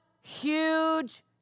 huge